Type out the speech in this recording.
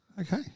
Okay